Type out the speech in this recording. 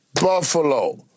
Buffalo